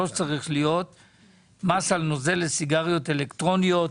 התשפ"ג-2023 (מס על נוזל לסיגריות אלקטרוניות).